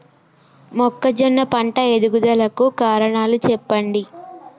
మొక్కజొన్న పంట ఎదుగుదల కు కారణాలు చెప్పండి?